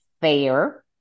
fair